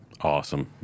Awesome